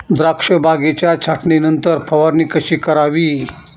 द्राक्ष बागेच्या छाटणीनंतर फवारणी कशी करावी?